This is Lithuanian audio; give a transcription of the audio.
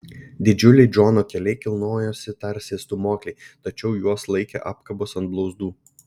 didžiuliai džono keliai kilnojosi tarsi stūmokliai tačiau juos laikė apkabos ant blauzdų